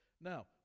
Now